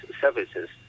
services